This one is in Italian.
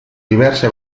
diverse